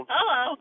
Hello